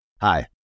Hi